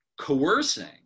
coercing